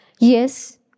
Yes